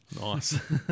Nice